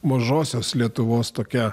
mažosios lietuvos tokia